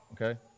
okay